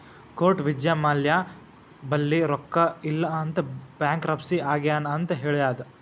court Vijay Mallya ಬಲ್ಲಿ ರೊಕ್ಕಾ ಇಲ್ಲ ಅಂತ ಬ್ಯಾಂಕ್ರಪ್ಸಿ ಆಗ್ಯಾನ್ ಅಂತ್ ಹೇಳ್ಯಾದ್